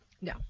No